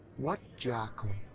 what jackal?